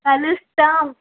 కలుస్తాము